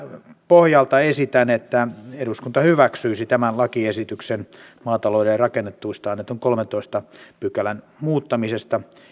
pohjalta esitän että eduskunta hyväksyisi tämän lakiesityksen maatalouden rakennetuista annetun lain kolmannentoista pykälän muuttamisesta